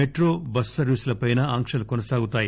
metro bus సర్వీసులపైనా ఆంక్షలు కొనసాగుతాయి